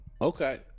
Okay